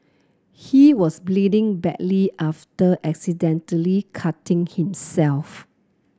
he was bleeding badly after accidentally cutting himself